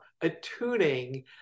attuning